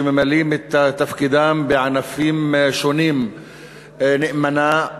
שממלאים את תפקידם בענפים שונים נאמנה,